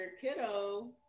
kiddo